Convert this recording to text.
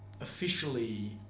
officially